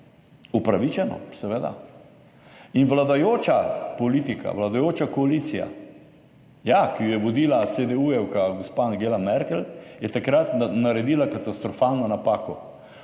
upravičeno, seveda. In vladajoča politika, vladajoča koalicija, ja, ki jo je vodila CDU-jevka gospa Angela Merkel, je takrat naredila katastrofalno napako.